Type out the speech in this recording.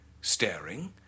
staring